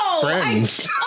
Friends